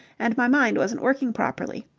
and my mind wasn't working properly.